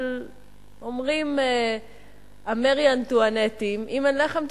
אבל אומרים ה"מרי אנטואנטים": אם אין לחם,